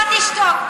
אתה תשתוק.